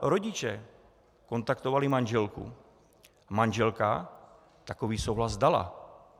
Rodiče kontaktovali manželku, manželka takový souhlas dala.